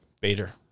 Bader